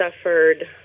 suffered